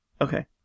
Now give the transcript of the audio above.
Okay